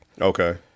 Okay